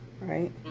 right